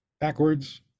backwards